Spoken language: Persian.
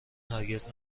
هرگز